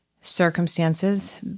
circumstances